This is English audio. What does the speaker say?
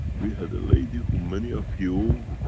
we had a lady who many of you